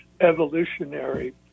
evolutionary